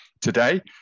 today